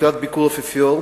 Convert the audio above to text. לקראת ביקור האפיפיור,